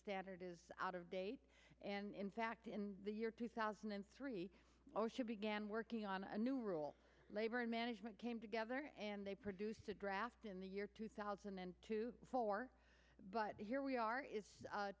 standard is out of date and in fact in the year two thousand and three osha began working on a new rule labor and management came together and they produced a draft in the year two thousand and four but here we are i